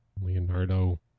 Leonardo